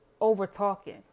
over-talking